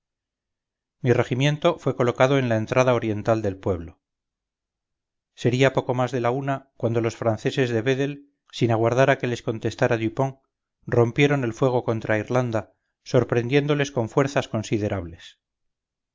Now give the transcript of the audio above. mi regimiento fue colocado en la entrada oriental del pueblo sería poco más de la una cuando los franceses de vedel sin aguardar a que les contestara dupont rompieron el fuego contra irlanda sorprendiéndoles con fuerzas considerables